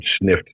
sniffed